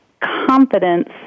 confidence